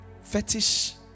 fetish